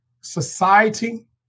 society